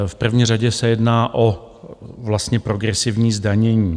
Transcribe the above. V první řadě se jedná o vlastně progresivní zdanění.